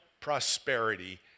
prosperity